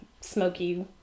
smoky